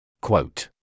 Quote